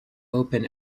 open